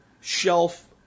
shelf